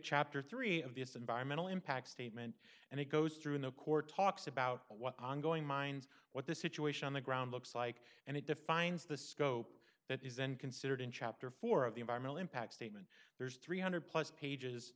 chapter three of this environmental impact statement and it goes through in the court talks about what ongoing mines what the situation on the ground looks like and it defines the scope that is then considered in chapter four of the environmental impact statement there's three hundred dollars plus pages